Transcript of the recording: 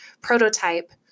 prototype